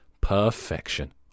perfection